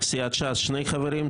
מסיעת ש"ס שני חברים,